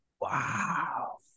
Wow